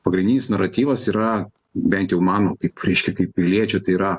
pagrindinis naratyvas yra bent jau mano kaip reiškia kaip piliečio tai yra